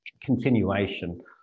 continuation